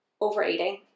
overeating